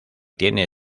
tiene